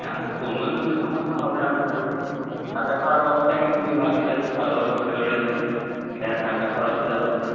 হ্যাঁ অন্যান্য কিছুর সমস্যা হবে না আশা করছি থাকা খাওয়ার ব্যবস্থা এখানে খুবই ভালো রয়েছে ভালো ভালো হোটেল রয়েছে এখানে থাকা খাওয়ার অসুবিধা হবে না